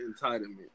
entitlement